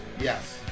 Yes